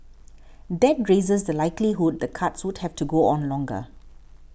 that raises the likelihood the cuts would have to go on longer